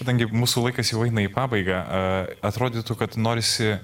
kadangi mūsų laikas jau eina į pabaigą a atrodytų kad norisi